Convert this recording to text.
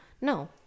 No